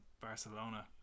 Barcelona